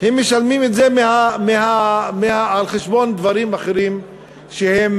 הם משלמים את זה על-חשבון דברים אחרים שהם,